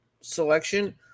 selection